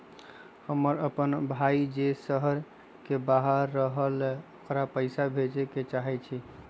हमर अपन भाई जे शहर के बाहर रहई अ ओकरा पइसा भेजे के चाहई छी